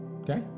Okay